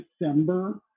December